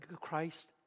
Christ